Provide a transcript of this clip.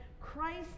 christ